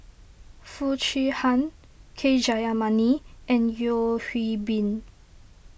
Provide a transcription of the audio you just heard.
Foo Chee Han K Jayamani and Yeo Hwee Bin